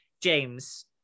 James